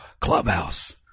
clubhouse